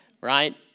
right